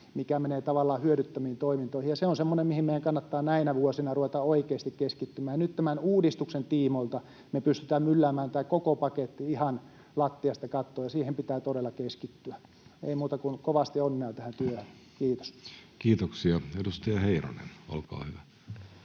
mikä menee tavallaan hyödyttömiin toimintoihin. Ja se on semmoinen, mihin meidän kannattaa näinä vuosina ruveta oikeasti keskittymään. Nyt tämän uudistuksen tiimoilta me pystytään mylläämään tämä koko paketti ihan lattiasta kattoon ja siihen pitää todella keskittyä. Ei muuta kuin kovasti onnea tähän työhön. — Kiitos. [Speech